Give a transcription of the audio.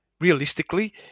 realistically